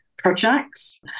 projects